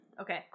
Okay